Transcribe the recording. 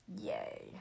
Yay